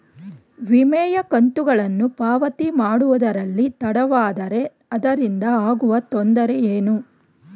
ವಿಮೆಯ ಕಂತುಗಳನ್ನು ಪಾವತಿ ಮಾಡುವುದರಲ್ಲಿ ತಡವಾದರೆ ಅದರಿಂದ ಆಗುವ ತೊಂದರೆ ಏನು?